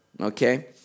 okay